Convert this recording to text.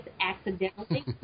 accidentally